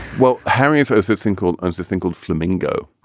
well, harris has this thing called and this thing called flamingo.